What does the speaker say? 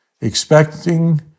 expecting